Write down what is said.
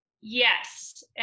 Yes